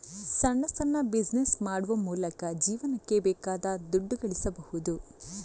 ಸಣ್ಣ ಸಣ್ಣ ಬಿಸಿನೆಸ್ ಮಾಡುವ ಮೂಲಕ ಜೀವನಕ್ಕೆ ಬೇಕಾದ ದುಡ್ಡು ಗಳಿಸ್ಬಹುದು